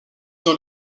dans